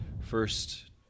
first